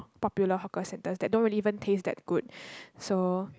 popular hawker centres that don't even really taste that good so